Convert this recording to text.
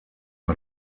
per